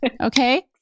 Okay